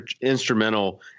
instrumental